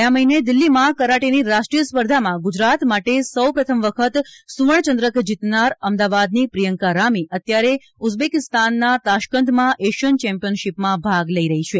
ગયા મહિને દિલ્હીમાં કરાટેની રાષ્ટ્રીય સ્પર્ધામાં ગુજરાત માટે સૌ પ્રથમ વખત સુવર્ણ ચંદ્રક જીતનાર અમદાવાદની પ્રિયંકા રામી અત્યારે ઉઝબેકીસ્તાનના તાર્શ્કંદમાં એશિયન ચેમ્પીયનશીપમાં ભાગ લઇ રહી છે